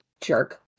Jerk